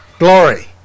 Glory